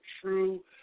true